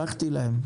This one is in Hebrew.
שלחתי להם.